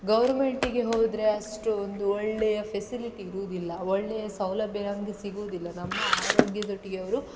ಗೋರ್ಮೆಂಟಿಗೆ ಹೋದರೆ ಅಷ್ಟು ಒಂದು ಒಳ್ಳೆಯ ಫೆಸಿಲಿಟಿ ಇರುವುದಿಲ್ಲ ಒಳ್ಳೆಯ ಸೌಲಭ್ಯ ನಮಗೆ ಸಿಗುವುದಿಲ್ಲ ನಮ್ಮ ಆರೋಗ್ಯದೊಟ್ಟಿಗೆ ಅವರು